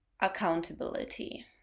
accountability